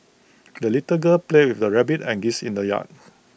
the little girl played with her rabbit and geese in the yard